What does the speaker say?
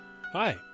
Hi